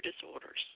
disorders